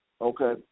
Okay